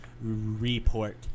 Report